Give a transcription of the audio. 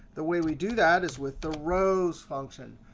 the way we do that is with the rows function.